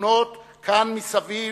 המתונות כאן מסביב,